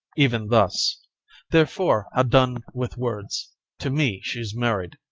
even thus therefore ha' done with words to me she's married,